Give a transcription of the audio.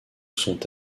sont